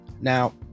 Now